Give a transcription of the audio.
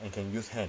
and can use hand